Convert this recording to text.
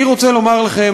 אני רוצה לומר לכם,